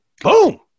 boom